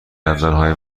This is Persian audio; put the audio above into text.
دندانهای